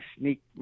sneak